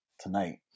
tonight